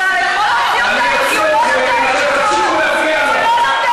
אתה יכול להוציא אותנו --- אני אוציא אתכם אם תמשיכו להפריע לו.